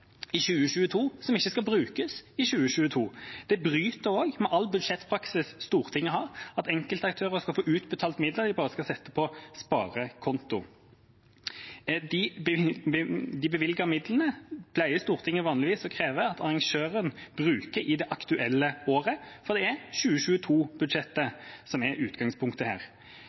i 2022 som ikke skal brukes i 2022. Det bryter også med all budsjettpraksis Stortinget har, at enkeltaktører skal få utbetalt midler de bare skal sette på sparekonto. De bevilgede midlene pleier Stortinget vanligvis kreve at arrangøren bruker i det aktuelle året, for det er 2022-budsjettet som er utgangspunktet her.